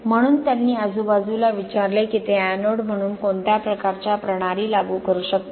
म्हणून त्यांनी आजूबाजूला विचारले की ते एनोड म्हणून कोणत्या प्रकारच्या प्रणाली लागू करू शकतात